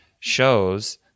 shows